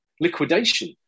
liquidation